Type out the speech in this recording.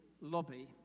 lobby